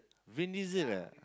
Vin-Diesel ah